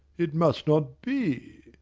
it must not be.